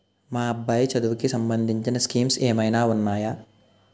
మా అబ్బాయి చదువుకి సంబందించిన స్కీమ్స్ ఏమైనా ఉన్నాయా?